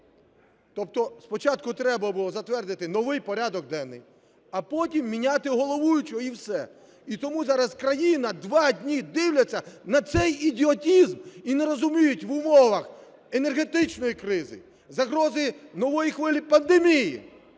Тобто спочатку треба було затвердити новий порядок денний, а потім міняти головуючого і все. І тому зараз країна два дні дивиться на цей ідіотизм і не розуміє, в умовах енергетичної кризи, загрози нової хвилі пандемії